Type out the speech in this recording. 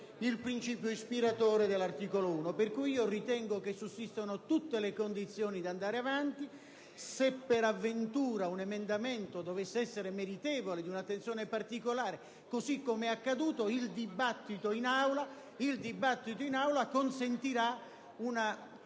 il principio ispiratore dell'articolo 1. In considerazione di ciò ritengo quindi che sussistono tutte le condizioni per andare avanti. Se per avventura un emendamento dovesse essere meritevole di un'attenzione particolare, così come è accaduto, il dibattito in Aula consentirà una